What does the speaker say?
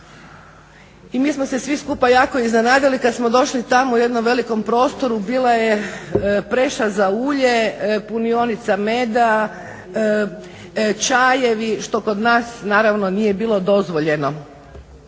i mi smo se svi skupa jako iznenadili u jednom velikom prostoru bila je preša za ulje, punionica meda, čajevi što kod nas naravno nije bilo dozvoljeno,